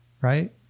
right